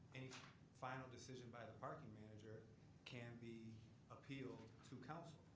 any final decision by the parking manager can be appealed to council.